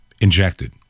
injected